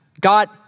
God